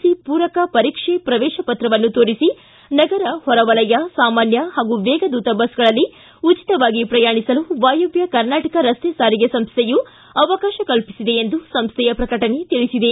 C ಪೂರಕ ಪರೀಕ್ಷೆ ಪ್ರವೇಶ ಪತ್ರವನ್ನು ತೋರಿಸಿ ನಗರ ಹೊರವಲಯ ಸಾಮಾನ್ವ ಹಾಗೂ ವೇಗದೂತ ಬಸ್ಗಳಲ್ಲಿ ಉಚಿತವಾಗಿ ಪ್ರಯಾಣಿಸಲು ವಾಯವ್ಯ ಕರ್ನಾಟಕ ರಸ್ತೆ ಸಾರಿಗೆ ಸಂಸ್ವೆಯು ಅವಕಾಶ ಕಲ್ಪಿಸಿದೆ ಎಂದು ಸಂಸ್ವೆಯ ಪ್ರಕಟಣೆ ತಿಳಿಸಿದೆ